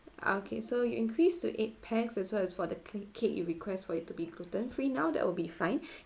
okay so you increase to eight pax as well as for the cake you request for it to be gluten free now that would be fine